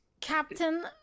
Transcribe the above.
captain